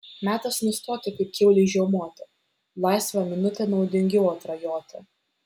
metas nustoti kaip kiaulei žiaumoti laisvą minutę naudingiau atrajoti